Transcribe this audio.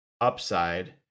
upside